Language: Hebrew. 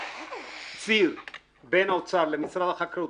ציר בין האוצר למשרד החקלאות